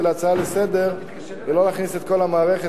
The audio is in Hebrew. להצעה לסדר-היום ולא להכניס את כל המערכת,